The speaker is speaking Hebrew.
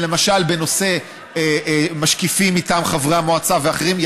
למשל משקיפים מטעם חברי המועצה ואחרים.